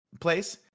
place